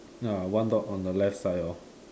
ya one dog on the left side hor